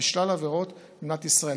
בשלל עבירות במדינת ישראל.